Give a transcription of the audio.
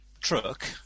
truck